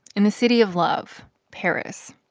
in the city of love, paris.